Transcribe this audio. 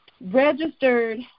registered